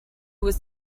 was